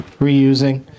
reusing